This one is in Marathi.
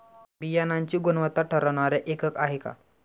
बियाणांची गुणवत्ता ठरवणारे एकक आहे का?